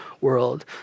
world